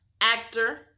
actor